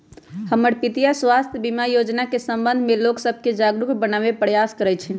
हमर पितीया स्वास्थ्य बीमा जोजना के संबंध में लोग सभके जागरूक बनाबे प्रयास करइ छिन्ह